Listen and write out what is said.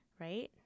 right